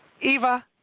Eva